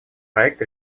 проект